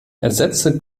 ersetze